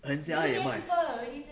人家也卖